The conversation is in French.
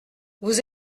vous